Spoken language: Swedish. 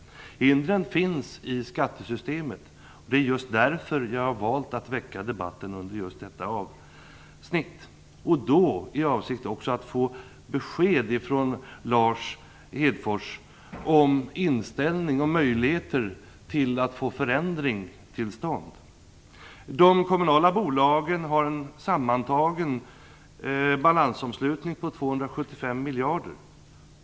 Hindren finns i skattesystemet, och det är just därför som jag har valt att väcka den här debatten under just detta avsnitt, men också för att få besked från Lars Hedfors om hans inställning till möjligheter att få förändring till stånd. De kommunala bolagen har en sammantagen balansomslutning på 275 miljarder kronor.